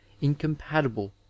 incompatible